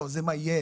לא, זה מה יש.